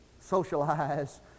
socialize